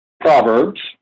Proverbs